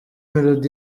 melody